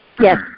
Yes